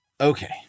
Okay